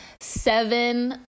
seven